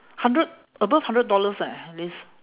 hundred above hundred dollars eh at least